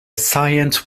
science